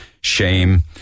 shame